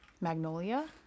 Magnolia